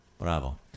Bravo